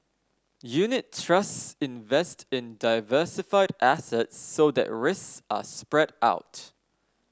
unit trusts invest in diversified assets so that risks are spread out